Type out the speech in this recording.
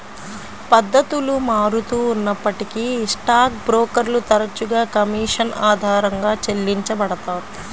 పద్ధతులు మారుతూ ఉన్నప్పటికీ స్టాక్ బ్రోకర్లు తరచుగా కమీషన్ ఆధారంగా చెల్లించబడతారు